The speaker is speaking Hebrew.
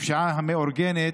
ובפשיעה המאורגנת,